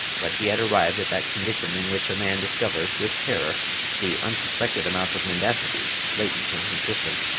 but he had arrived at that condition in which a man discovers with terror the unsuspected amount of mendacity latent in his system.